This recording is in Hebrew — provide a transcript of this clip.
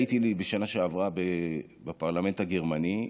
הייתי לי בשנה שעברה בפרלמנט הגרמני,